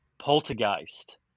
poltergeist